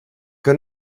que